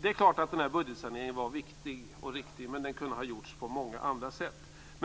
Det är klart att budgetsaneringen var viktig och riktig, men den kunde ha gjorts på många andra sätt.